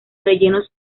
rellenos